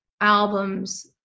albums